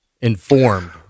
informed